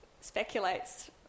speculates